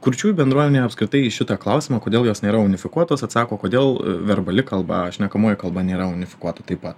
kurčiųjų bendruomenė apskritai į šitą klausimą kodėl jos nėra unifikuotos atsako kodėl verbali kalba šnekamoji kalba nėra unifikuota taip pat